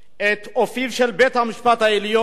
את אופיו של בית-המשפט העליון,